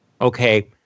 okay